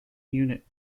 unit